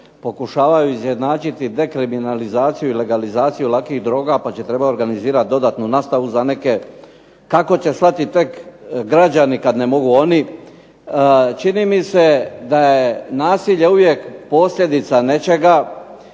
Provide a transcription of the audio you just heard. pokušavaju izjednačiti dekriminalizaciju i legalizaciju lakih droga, pa će trebati organizirati dodatnu nastavu za neke. Kako će shvatiti tek građani kad ne mogu oni. Čini mi se da je nasilje uvijek posljedica nečega,